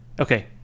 Okay